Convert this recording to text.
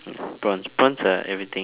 prawns prawns are everything